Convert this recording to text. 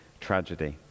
tragedy